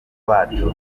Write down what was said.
bacu